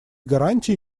гарантии